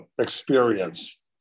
experience